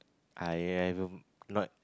I have not